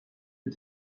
mit